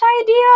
idea